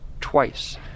Twice